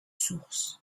sources